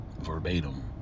verbatim